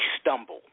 stumble